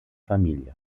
familie